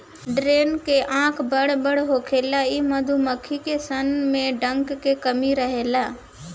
drone के आँख बड़ बड़ होखेला इ मधुमक्खी सन में डंक के कमी रहेला